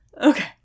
Okay